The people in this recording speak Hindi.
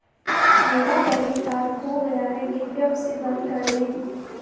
मेरा डेबिट कार्ड खो गया है, कृपया उसे बंद कर दें